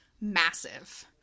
massive